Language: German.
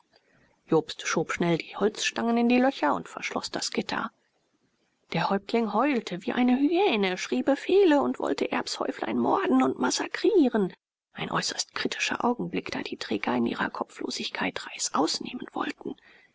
jobst schob schnell die holzstangen in die löcher und verschloß das gitter der häuptling heulte wie eine hyäne schrie befehle und wollte erbs häuflein morden und massakrieren ein äußerst kritischer augenblick da die träger in ihrer kopflosigkeit reißaus nehmen wollten